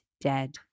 dead